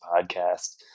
podcast